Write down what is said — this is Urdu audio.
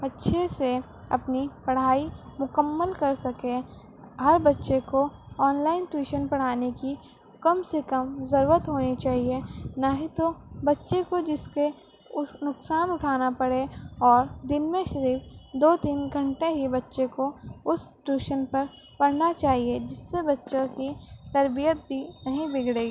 اچھے سے اپنی پڑھائی مکمل کر سکیں ہر بچے کو آن لائن ٹیوشن پڑھانے کی کم سے کم ضرورت ہونی چاہیے نہیں تو بچے کو جس کے اس نقصان اٹھانا پڑے اور دن میں صرف دو تین گھنٹے ہی بچے کو اس ٹیوشن پر پڑھنا چاہیے جس سے بچوں کی تربیت بھی نہیں بگڑے